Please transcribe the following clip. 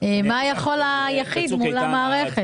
מה יכול היחיד מול המערכת.